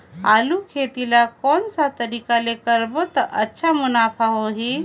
आलू खेती ला कोन सा तरीका ले करबो त अच्छा मुनाफा होही?